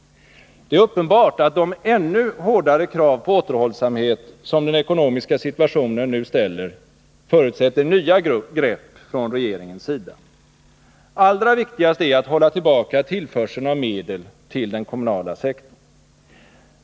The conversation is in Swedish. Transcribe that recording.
Det är uppenbart, att de ännu hårdare krav på återhållsamhet som den ekonomiska situationen nu ställer förutsätter nya grepp från regeringens sida. Allra viktigast är att hålla tillbaka tillförseln av medel till den kommunala sektorn.